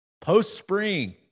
post-spring